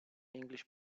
english